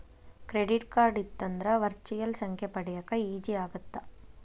Credit card ಇತ್ತಂದ್ರ virtual ಸಂಖ್ಯೆ ಪಡ್ಯಾಕ ಈಜಿ ಆಗತ್ತ?